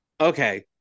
okay